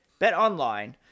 BetOnline